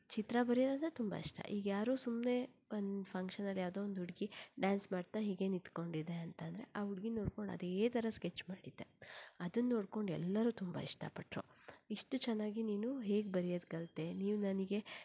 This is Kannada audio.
ಚಿತ್ರ ಬರ್ಯೋದು ಅಂದರೆ ತುಂಬ ಇಷ್ಟ ಈಗ್ಯಾರು ಸುಮ್ಮನೆ ಒಂದು ಫಂಕ್ಷನಲ್ಲಿ ಯಾವುದೊ ಒಂದು ಹುಡುಗಿ ಡ್ಯಾನ್ಸ್ ಮಾಡ್ತಾ ಹೀಗೇ ನಿಂತ್ಕೊಂಡಿದೆ ಅಂತಂದರೆ ಆ ಹುಡುಗೀನ ನೋಡಿಕೊಂಡು ಅದೇ ಥರ ಸ್ಕೆಚ್ ಮಾಡಿದ್ದೆ ಅದನ್ನೋಡ್ಕೊಂಡು ಎಲ್ಲರೂ ತುಂಬ ಇಷ್ಟಪಟ್ಟರು ಇಷ್ಟು ಚೆನ್ನಾಗಿ ನೀನು ಹೇಗೆ ಬರಿಯೋದು ಕಲಿತೆ ನೀವು ನನಗೆ